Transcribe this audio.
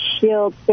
Shield